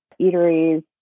eateries